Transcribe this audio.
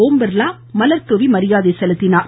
ஒம்பிர்லா மலர்தூவி மரியாதை செலுத்தினார்